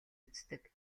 үздэг